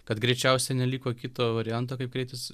kad greičiausiai neliko kito varianto kaip kreiptis